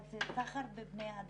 אבל זה סחר בבני אדם.